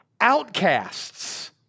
Outcasts